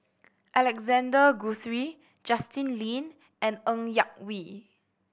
Alexander Guthrie Justin Lean and Ng Yak Whee